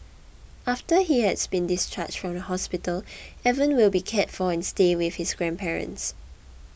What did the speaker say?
after he has been discharged from the hospital Evan will be cared for and stay with his grandparents